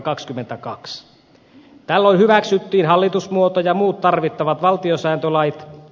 tällöin hyväksyttiin hallitusmuoto ja muut tarvittavat valtiosääntölait